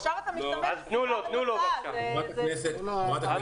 חברת הכנסת זנדברג, אני